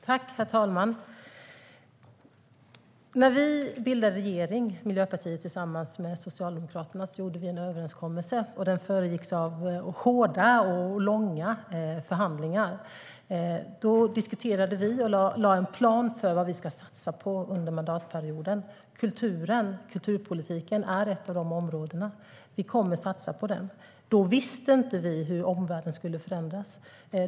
Herr talman! När Miljöpartiet bildade regering tillsammans med Socialdemokraterna gjorde vi en överenskommelse. Den föregicks av hårda och långa förhandlingar. Då diskuterade vi och lade en plan för vad vi ska satsa på under mandatperioden. Kulturen och kulturpolitiken är ett av de områdena. Vi kommer att satsa på den. Då visste vi inte hur omvärlden skulle komma att förändras.